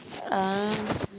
ah